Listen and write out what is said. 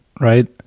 right